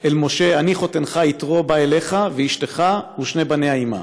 אל משה אני חֹתנך יתרו בא אליך ואשתך ושני בניה עמה".